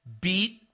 Beat